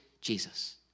Jesus